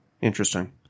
interesting